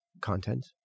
content